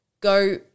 Go